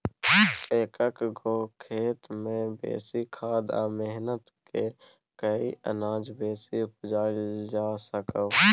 एक्क गो खेत मे बेसी खाद आ मेहनत कए कय अनाज बेसी उपजाएल जा सकैए